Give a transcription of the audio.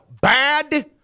bad